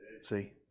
See